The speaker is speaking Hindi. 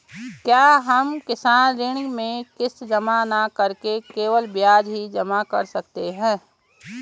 क्या हम किसान ऋण में किश्त जमा न करके केवल ब्याज ही जमा कर सकते हैं?